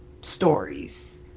stories